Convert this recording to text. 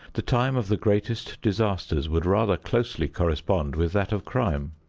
the time of the greatest disasters would rather closely correspond with that of crime.